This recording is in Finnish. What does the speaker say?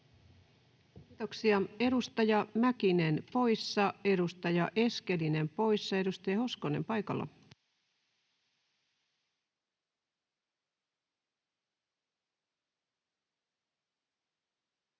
Kiitoksia. — Edustaja Mäkinen, poissa. Edustaja Eskelinen, poissa. — Edustaja Hoskonen paikalla. [Speech